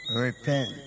repent